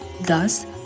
Thus